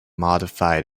modified